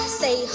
say